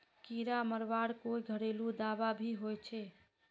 कीड़ा मरवार कोई घरेलू दाबा भी होचए?